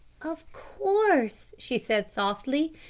of course, she said softly.